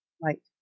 light